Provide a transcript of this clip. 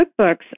cookbooks